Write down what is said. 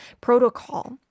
protocol